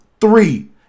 three